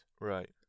right